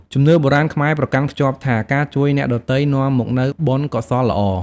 ជំនឿបុរាណខ្មែរប្រកាន់ខ្ជាប់ថា ការជួយអ្នកដទៃនាំមកនូវបុណ្យកុសលល្អ។